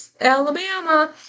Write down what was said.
Alabama